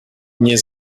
nie